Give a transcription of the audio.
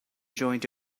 joined